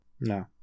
No